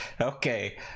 okay